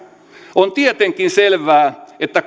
on tietenkin selvää että